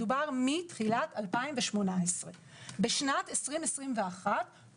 מדובר מתחילת שנת 2018. בשנת 2021 פורסמו,